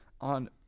on